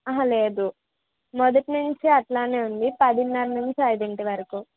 అహ లేదు మొదటి నుంచి అలానే ఉంది పదిన్నర నుంచి ఐదింటి వరకు